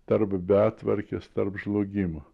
tarp betvarkės tarp žlugimo